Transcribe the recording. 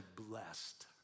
Blessed